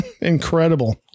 incredible